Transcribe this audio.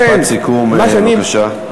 משפט סיכום, בבקשה.